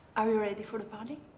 are you ready for the party?